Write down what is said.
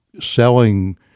selling